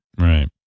Right